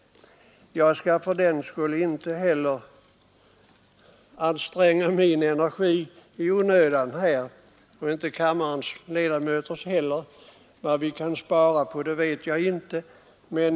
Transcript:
Jag skall fördenskull inte anstränga min och inte heller kammarledamöternas energi i onödan.